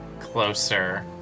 closer